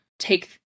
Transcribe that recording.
take